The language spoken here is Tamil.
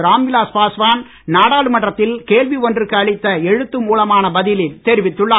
ராம்விலாஸ் பாஸ்வான் நாடாளுமன்றத்தில் கேள்வி ஒன்றுக்கு அளித்த எழுத்து மூல பதிலில் தெரிவித்துள்ளார்